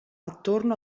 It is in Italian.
attorno